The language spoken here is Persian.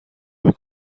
نمی